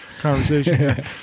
conversation